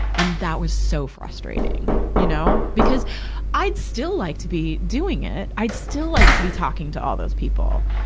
and that was so frustrating, you know? because i'd still like to be doing it. i'd still like to be talking to all those people.